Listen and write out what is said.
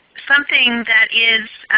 something that is